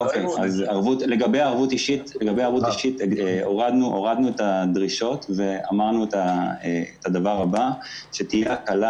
לגבי ערבות אישית הורדנו את הדרישות ואמרנו את הדבר הבא: שתהיה הקלה